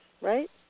right